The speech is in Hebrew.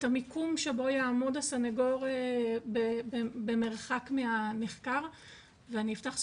את המיקום שבו יעמוד הסנגור במרחק מהנחקר ואני אפתח סוגריים,